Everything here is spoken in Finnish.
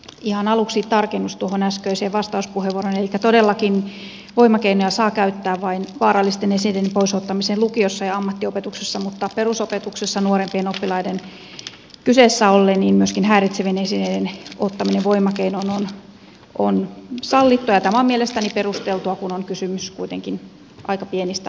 ihan aluksi tarkennus tuohon äskeiseen vastauspuheenvuoroon elikkä todellakin voimakeinoja saa käyttää vain vaarallisten esineiden pois ottamiseen lukiossa ja ammattiopetuksessa mutta perusopetuksessa nuorempien oppilaiden kyseessä ollen myöskin häiritsevien esineiden ottaminen voimakeinoin on sallittua ja tämä on mielestäni perusteltua kun on kysymys kuitenkin aika pienistä lapsista